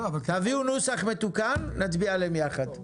תביאו נוסח מתוקן ואז נצביע עליהם יחד.